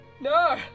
No